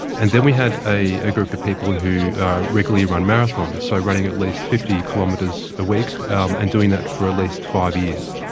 and then we had a a group of people who regularly run marathons, so running at least fifty kilometres a week um and doing that for at least five years.